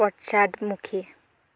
পশ্চাদমুখী